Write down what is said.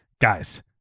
guys